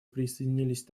присоединились